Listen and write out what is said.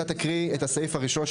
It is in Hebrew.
אתה תקריא את הסעיף הראשון,